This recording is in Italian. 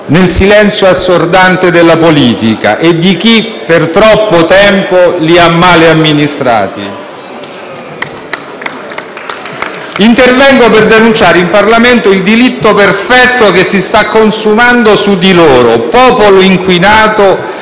nel silenzio assordante della politica e di chi per troppo tempo li ha male amministrati. *(Applausi dal Gruppo M5S)*. Intervengo per denunciare in Parlamento il delitto perfetto che si sta consumando su di loro, popolo inquinato